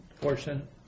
portion